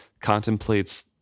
contemplates